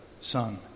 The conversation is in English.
Son